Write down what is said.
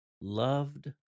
loved